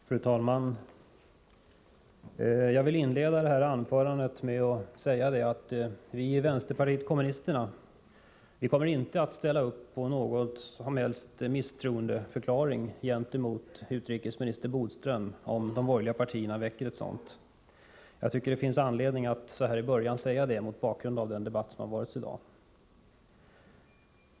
Fru talman! Jag vill inleda det här anförandet med att säga att vi i vänsterpartiet kommunisterna kommer inte att ställa upp på någon som helst misstroendeförklaring gentemot utrikesminister Bodström, om de borgerliga partierna väcker en sådan. Jag tycker det finns anledning att så här i början säga detta mot bakgrund av den debatt som har förts i dag.